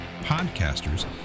podcasters